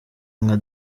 nka